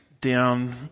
down